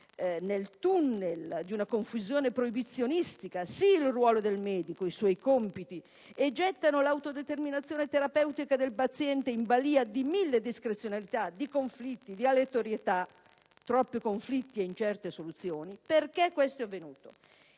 nel tunnel di una confusione proibizionistica il ruolo del medico e i suoi compiti e gettano l'autodeterminazione terapeutica del paziente in balia di mille discrezionalità, di conflitti, di aleatorietà: troppi conflitti in certe soluzioni. Dunque, perché questo è avvenuto?